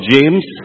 James